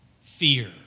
Fear